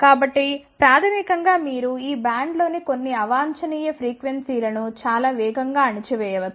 కాబట్టి ప్రాథమికం గా మీరు ఈ బ్యాండ్లోని కొన్ని అవాంఛనీయఫ్రీక్వెన్సీ ను చాలా వేగంగా అణిచివేయవచ్చు